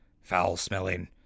foul-smelling